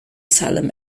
asylum